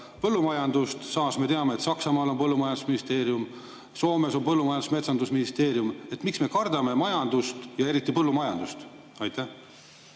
põllumajandust välja? Samas me teame, et Saksamaal on põllumajandusministeerium, Soomes on põllumajandus‑ ja metsandusministeerium. Miks me kardame majandust ja eriti põllumajandust? Aitäh,